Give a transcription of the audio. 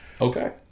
Okay